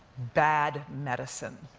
bad medicine.